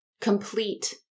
complete